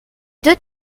deux